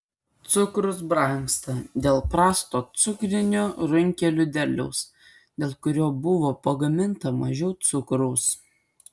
cukrus brangsta dėl prasto cukrinių runkelių derliaus dėl kurio buvo pagaminta mažiau cukraus